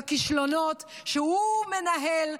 בכישלונות שהוא הוא מנהל,